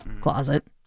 closet